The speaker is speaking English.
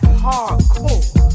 hardcore